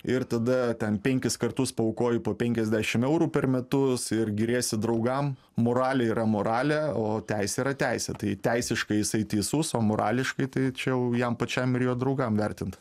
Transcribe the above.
ir tada ten penkis kartus paaukoju po penkiasdešimt eurų per metus ir giriesi draugam moralė yra moralė o teisė yra teisėtai teisiškai jisai teisus o morališkai tai čia jau jam pačiam ir jo draugam vertint